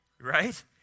Right